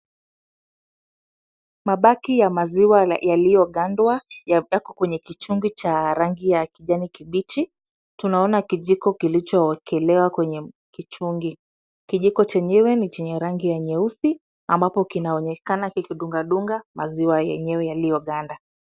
Mabaki ya maziwa yaliyogandwa, yamebaki kwenye kichungi cha rangi ya kijani kibichi. Tunaona kijiko kilichoekelewa kwenye kichungi. Kijiko chenyewe ni chenye rangi ya nyeusi ambapo kinaonekana kiki dunga dunga maziwa yenyewe yaliyogamnda.